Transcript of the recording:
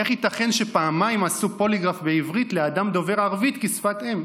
איך ייתכן שפעמיים עשו פוליגרף בעברית לאדם דובר ערבית כשפת אם?